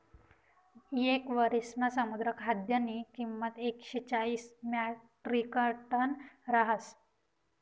येक वरिसमा समुद्र खाद्यनी किंमत एकशे चाईस म्याट्रिकटन रहास